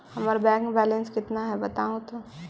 हमर bank balance केतना है बताहु तो?